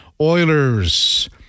Oilers